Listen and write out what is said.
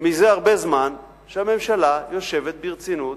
הרבה זמן שהממשלה יושבת ברצינות,